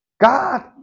God